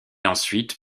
ensuite